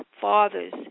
fathers